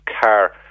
car